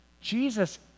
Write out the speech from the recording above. Jesus